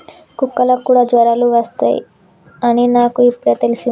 కుక్కలకి కూడా జ్వరాలు వస్తాయ్ అని నాకు ఇప్పుడే తెల్సింది